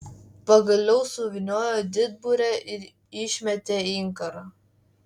pagaliau suvyniojo didburę ir išmetė inkarą